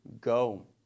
go